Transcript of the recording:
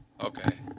Okay